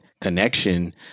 connection